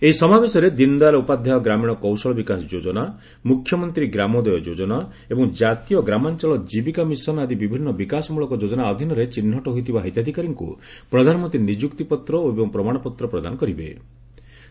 ଏହି ସମାବେଶରେ ଦିନଦୟାଲ ଉପାଧ୍ୟାୟ ଗ୍ରାମୀଣ କୌଶଳ ବିକାଶ ଯୋଜନା ମୁଖ୍ୟମନ୍ତ୍ରୀ ଗ୍ରାମୋଦୟ ଯୋଜନା ଏବଂ ଜାତୀୟ ଗ୍ରାମାଞ୍ଚଳ ଜୀବିକା ମିଶନ ଆଦି ବିଭିନ୍ନ ବିକାଶମ୍ଭଳକ ଯୋଜନା ଅଧୀନରେ ଚିହ୍ନଟ ହୋଇଥିବା ହିତାଧିକାରୀଙ୍କୁ ପ୍ରଧାନମନ୍ତ୍ରୀ ନିଯୁକ୍ତିପତ୍ର ଏବଂ ପ୍ରମାଣପତ୍ର ପ୍ରଦାନ କରିବାର କାର୍ଯ୍ୟକ୍ରମ ରହିଛି